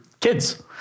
kids